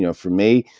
you know for me,